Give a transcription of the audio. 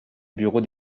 bureau